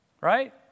Right